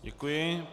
Děkuji.